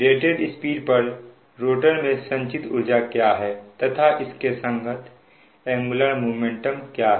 rated speed पर rotor में संचित ऊर्जा क्या है तथा इसके संगत एंगुलर मोमेंटम क्या है